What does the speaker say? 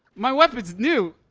my weapon's new.